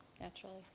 naturally